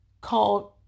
called